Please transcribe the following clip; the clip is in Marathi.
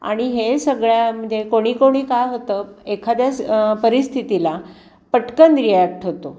आणि हे सगळ्या म्हणजे कोणी कोणी काय होतं एखाद्या स् परिस्थितीला पटकन रिॲक्ट होतो